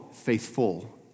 faithful